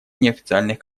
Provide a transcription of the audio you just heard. неофициальных